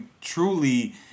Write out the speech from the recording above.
truly